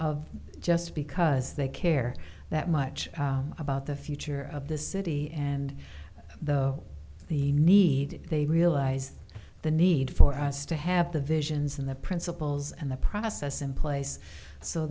just because they care that much about the future of this city and the the need they realize the need for us to have the visions and the principals and the process in place so